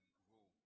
grow